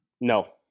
No